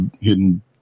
hidden